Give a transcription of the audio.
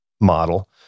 model